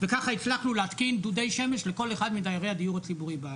וככה הצלחנו להתקין דודי שמש לכל אחד מדיירי הדיור הציבורי בארץ.